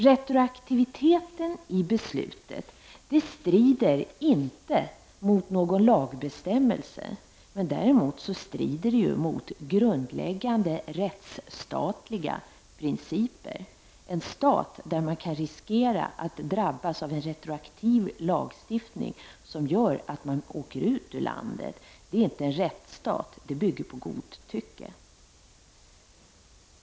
Retroaktiviteten i regeringens beslut strider inte mot någon lagbestämmelse, men det strider däremot mot grundläggande principer i en rättsstat. En stat där man riskerar att drabbas av retroaktiv lagstiftning som gör att man åker ut ur landet är inte en rättsstat. Ett sådant beslut bygger på godtycke.